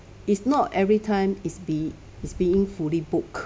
it's not every time is be is being fully booked